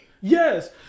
Yes